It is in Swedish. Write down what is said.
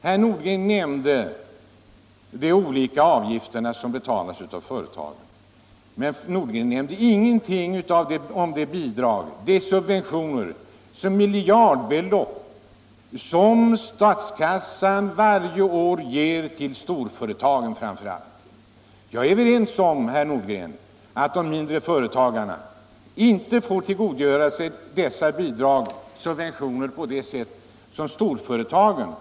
Herr Nordgren nämnde de olika avgifterna som betalas av företagen, men han sade ingenting om de subventioner på miljardbelopp som statskassan varje år ger till framför allt storföretagen. Jag är överens med herr Nordgren om att de mindre företagarna inte får tillgodogöra sig dessa subventioner på det sätt som de stora företagen gör.